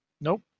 nope